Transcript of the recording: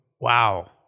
wow